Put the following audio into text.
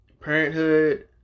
Parenthood